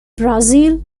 brazil